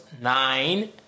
nine